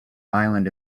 island